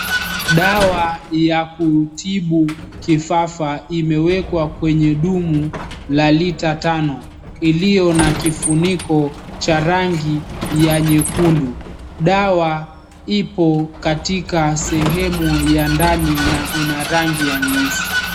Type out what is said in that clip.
Dawa ya kutibu kifafa imewekwa kwenye dumu la lita tano iliyo na kifuniko cha rangi nyekundu. Dawa ipo katika sehemu ya ndani na ina rangi ya nyeusi.